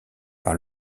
par